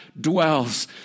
dwells